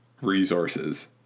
resources